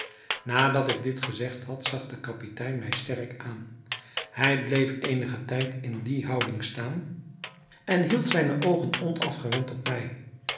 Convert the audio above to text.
nadat ik dit gezegd had zag de kapitein mij sterk aan hij bleef eenigen tijd in die houding staan en hield zijne oogen onafgewend op mij